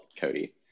Cody